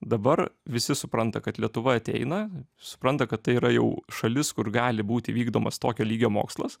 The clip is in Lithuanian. dabar visi supranta kad lietuva ateina supranta kad tai yra jau šalis kur gali būti vykdomas tokio lygio mokslas